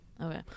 Okay